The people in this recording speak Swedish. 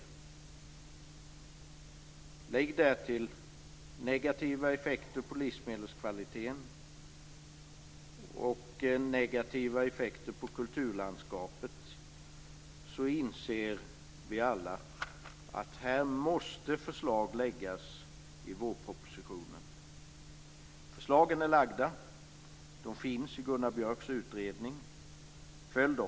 Lägg därtill negativa effekter på livsmedelskvaliteten och negativa effekter på kulturlandskapet, så inser alla att här måste det läggas fram förslag i vårpropositionen. Förslagen är framtagna. De finns i Gunnar Björks utredning. Följ dem!